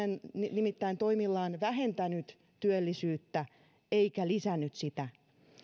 nimittäin toimillaan vähentänyt työllisyyttä eikä lisännyt sitä